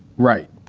right.